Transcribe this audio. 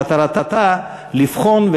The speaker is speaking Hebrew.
שמטרתה לבחון,